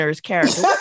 character